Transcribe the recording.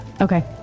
Okay